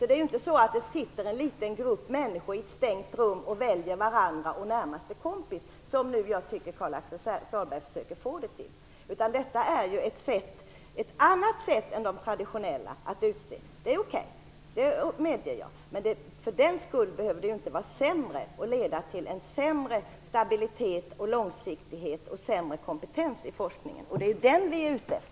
Det är alltså inte så att en liten grupp människor sitter i ett stängt rum och utser varandra eller sin närmaste kompis. Karl-Axel Sahlberg verkar framställa det så. I stället är det här ett annat sätt än det traditionella sättet att utse folk. Det medger jag. Men för den skull behöver det inte vara ett sämre sätt eller ett sätt som leder till sämre stabilitet och långsiktighet samt sämre kompetens i forskningen. Det är ju det vi är ute efter.